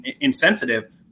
insensitive